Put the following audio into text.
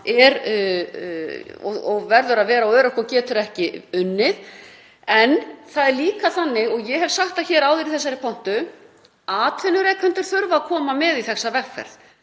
sem verður að vera á örorku og getur ekki unnið. En það er líka þannig, og ég hef sagt það áður í þessari pontu, að atvinnurekendur þurfa að koma með í þessa vegferð.